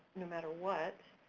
no matter what,